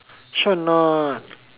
sure not